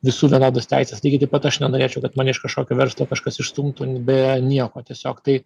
visų vienodas teises lygiai taip pat aš nenorėčiau kad mane iš kažkokio verslo kažkas išstumtų be nieko tiesiog tai